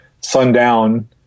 sundown